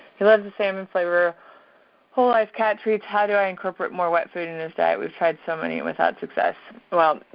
he loves the salmon flavor whole life cat treats. how do i incorporate more wet food in his diet? we've tried so many without success. well,